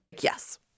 Yes